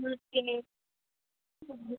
నాకు తెలీదు